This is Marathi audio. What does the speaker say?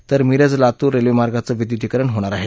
तर मिरज लातूर रेल्वे मार्गाचे विद्युतीकरण होणार आहे